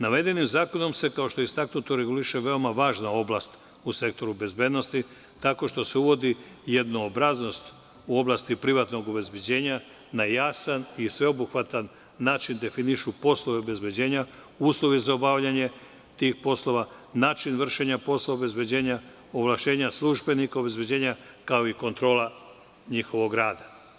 Navedenim zakonom se, kao što je istaknuto, reguliše veoma važna oblast u sektoru bezbednosti, tako što se uvodi jednoobraznost u oblasti privatnog obezbeđenja, na jasan i sveobuhvatan način definišu poslovi obezbeđenja, uslovi za obavljanje tih poslova, način vršenja poslova obezbeđenja, ovlašćenja službenika obezbeđenja, kao i kontrola njihovog rada.